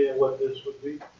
yeah what this would be?